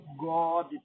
God